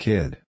Kid